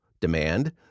demand